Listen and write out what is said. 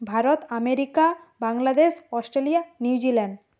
Bharat America Bangladesh Australia New Zealand